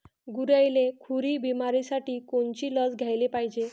गुरांइले खुरी बिमारीसाठी कोनची लस द्याले पायजे?